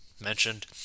mentioned